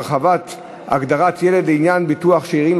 הרחבת הגדרת ילד לעניין ביטוח שאירים),